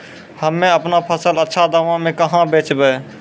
हम्मे आपनौ फसल अच्छा दामों मे कहाँ बेचबै?